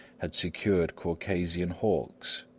had secured caucasian hawks,